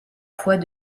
fois